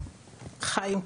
חיים,